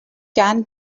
can